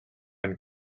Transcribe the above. ein